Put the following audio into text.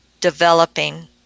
developing